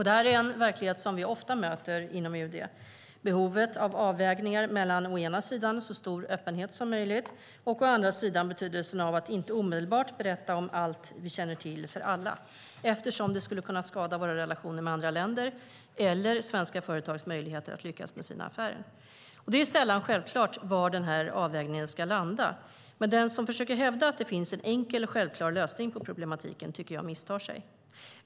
Det här är en verklighet som vi ofta möter inom UD - behovet av avvägningar mellan å ena sidan så stor öppenhet som möjligt och å andra sidan betydelsen av att inte omedelbart inte berätta om allt vi känner till för alla, eftersom det skulle kunna skada våra relationer med andra länder eller svenska företags möjligheter att lyckas med sina affärer. Det är sällan självklart var den här avvägningen ska landa. Den som försöker hävda att det finns en enkel och självklar lösning på problematiken tycker jag misstar sig.